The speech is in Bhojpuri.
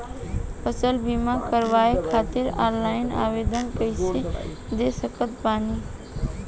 फसल बीमा करवाए खातिर ऑनलाइन आवेदन कइसे दे सकत बानी?